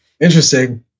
interesting